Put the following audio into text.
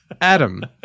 Adam